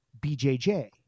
BJJ